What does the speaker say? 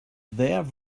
there